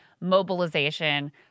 mobilization